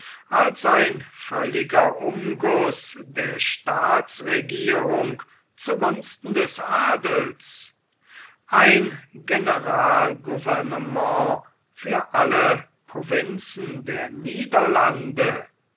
als ein völliger umguß der staatsregierung zu gunsten des adels ein general gouvernement für alle provinzen der niederlande